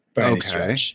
Okay